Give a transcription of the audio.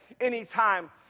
anytime